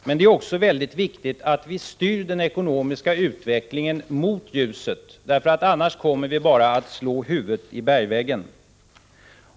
Men det är också väldigt viktigt att vi styr den ekonomiska utvecklingen mot ljuset, annars kommer vi bara att slå huvudet i bergväggen.